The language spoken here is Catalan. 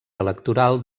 electoral